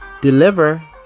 deliver